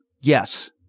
Yes